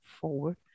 forward